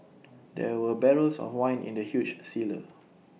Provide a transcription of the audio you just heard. there were barrels of wine in the huge